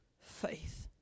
faith